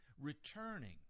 returning